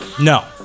No